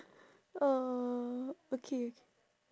oh okay okay